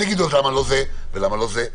יגידו: אז למה לא זה ולמה לא זה?